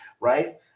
right